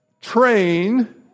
Train